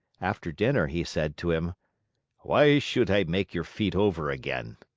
after dinner he said to him why should i make your feet over again?